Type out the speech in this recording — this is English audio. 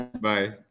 Bye